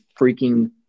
freaking